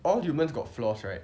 all humans got flaws right